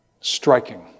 striking